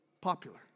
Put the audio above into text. popular